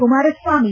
Kumaraswamy